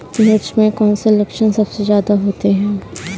मिर्च में कौन से लक्षण सबसे ज्यादा होते हैं?